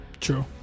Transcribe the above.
True